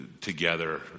together